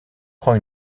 prend